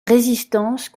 résistance